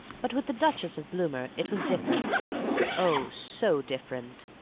but with the duchess of bloomer it was different oh, so different!